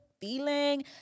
feeling